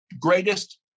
greatest